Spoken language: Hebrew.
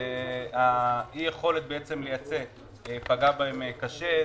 אי היכולת לייצא פגע בהם קשה.